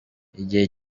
igihe